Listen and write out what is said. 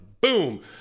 Boom